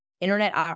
internet